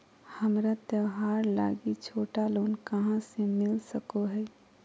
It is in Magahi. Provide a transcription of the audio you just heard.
हमरा त्योहार लागि छोटा लोन कहाँ से मिल सको हइ?